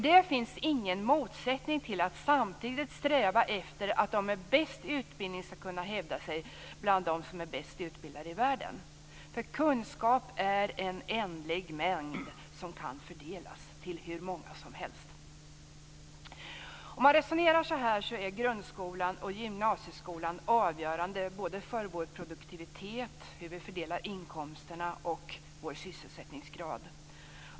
Det finns ingen motsättning mellan det och att samtidigt sträva efter att de med bäst utbildning skall kunna hävda sig bland dem som är bäst utbildade i världen. Kunskap är inte en ändlig mängd. Den kan fördelas till hur många som helst. Om man resonerar så här är grundskolan och gymnasieskolan avgörande både för vår produktivitet, hur vi fördelar inkomsterna och vår sysselsättningsgrad.